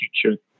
future